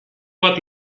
bat